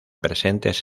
presentes